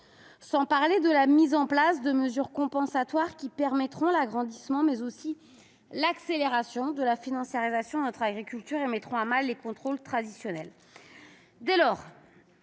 Sans parler de la mise en place de mesures compensatoires qui permettront l'agrandissement, mais aussi l'accélération de la financiarisation de notre agriculture et mettront à mal les contrôles traditionnels